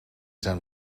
zijn